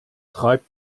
treibt